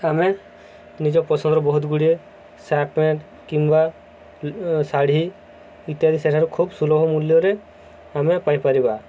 ଆମେ ନିଜ ପସନ୍ଦର ବହୁତ ଗୁଡ଼ିଏ ସାର୍ଟ ପ୍ୟାଣ୍ଟ କିମ୍ବା ଶାଢ଼ୀ ଇତ୍ୟାଦି ସେଠାରେ ଖୁବ ସୁଲଭ ମୂଲ୍ୟରେ ଆମେ ପାଇପାରିବା